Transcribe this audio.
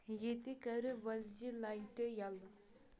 ییٚتہِ کَر وۄزجہِ لاہٹہٕ یَلہٕ